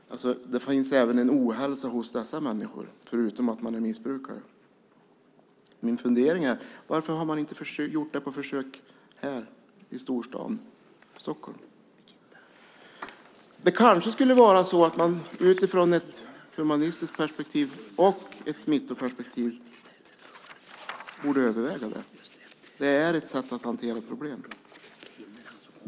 Det finns även en ohälsa hos dessa människor förutom att de är missbrukare. Min fundering är: Varför har man inte gjort detta på försök här i storstaden Stockholm? Utifrån ett humanistiskt perspektiv och ett smittoperspektiv borde man kanske överväga det. Det är ett sätt att hantera problemen.